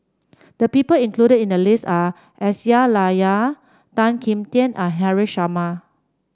the people included in the list are Aisyah Lyana Tan Kim Tian and Haresh Sharma